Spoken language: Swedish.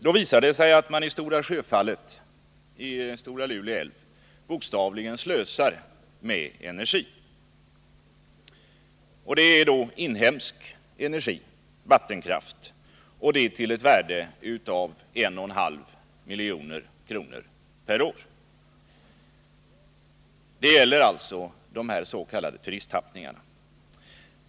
Då visar det sig att vi i Stora Sjöfallet i Stora Lule älv bokstavligen talat slösar bort energi. Det är inhemsk energi i form av vattenkraft till ett värde av 1,5 milj.kr. per år som går förlorad i de s.k. turisttappningarna.